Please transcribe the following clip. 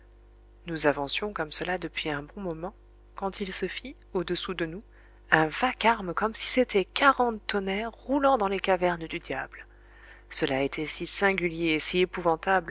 nous avancions comme cela depuis un bon moment quand il se fit au-dessous de nous un vacarme comme si c'était quarante tonnerres roulant dans les cavernes du diable cela était si singulier et si